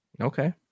Okay